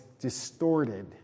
distorted